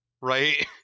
right